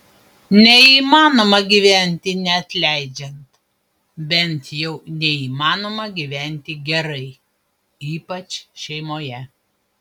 neįmanoma gyventi neatleidžiant bent jau neįmanoma gyventi gerai ypač šeimoje